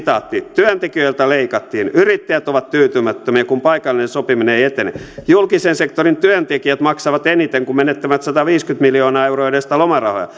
työntekijöiltä leikattiin yrittäjät ovat tyytymättömiä kun paikallinen sopiminen ei etene julkisen sektorin työntekijät maksavat eniten kun menettävät sadanviidenkymmenen miljoonan euron edestä lomarahojaan